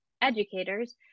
educators